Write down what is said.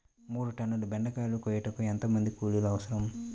మూడు టన్నుల బెండకాయలు కోయుటకు ఎంత మంది కూలీలు అవసరం?